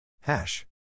Hash